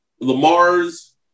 Lamar's